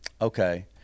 Okay